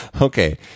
Okay